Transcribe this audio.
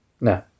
No